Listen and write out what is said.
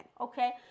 okay